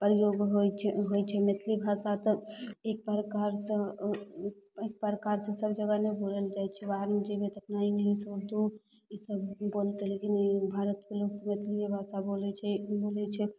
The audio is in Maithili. प्रयोग होइ छै होइ छै मैथिली भाषा तऽ एक प्रकारसे एक प्रकारसे सब जगह नहि बोलल जाइ छै बाहरमे जेबै तऽ अपना एन्नेके लोकसभ बोलतै लेकिन भारतके लोक मैथिली भाषा बोलै छै बोलै छै